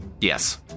Yes